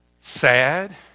sad